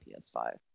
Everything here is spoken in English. ps5